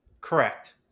Correct